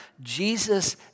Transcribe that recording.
Jesus